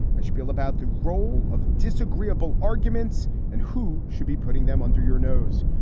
ah spiel about the role of disagreeable arguments and who should be putting them under your nose.